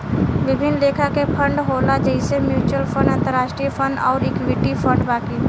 विभिन्न लेखा के फंड होला जइसे म्यूच्यूअल फंड, अंतरास्ट्रीय फंड अउर इक्विटी फंड बाकी